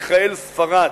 מיכאל ספרד,